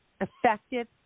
effective